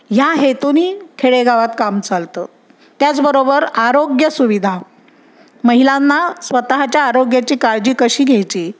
ह्या हेतूने खेडेगावात काम चालतं त्याचबरोबर आरोग्यसुविधा महिलांना स्वतःच्या आरोग्याची काळजी कशी घ्यायची